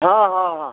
ହଁ ହଁ ହଁ